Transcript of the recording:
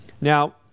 now